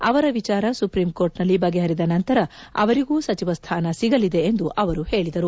ಅವರ ವಿಚಾರ ಸುಪ್ರೀಂಕೋರ್ಟ್ನಲ್ಲಿ ಬಗೆಹರಿದ ನಂತರ ಅವರಿಗೂ ಸಚವ ಸ್ಥಾನ ಸಿಗಲಿದೆ ಎಂದು ಅವರು ಹೇಳಿದರು